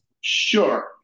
sure